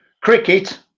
Cricket